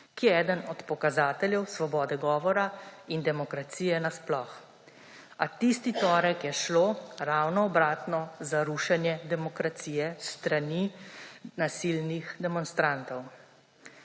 ki je eden od pokazateljev svobode govora in demokracije nasploh, a tisti torek je šlo ravno obratno, za rušenje demokracije s strani nasilnih demonstrantov.